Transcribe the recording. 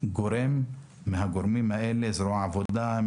גורם מן הגורמים האלה זרוע העבודה,